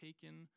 taken